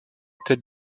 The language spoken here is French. tête